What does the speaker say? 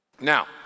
Now